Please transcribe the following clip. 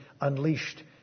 unleashed